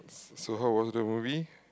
so how was the movie